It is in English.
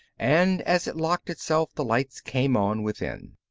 and as it locked itself, the lights came on within.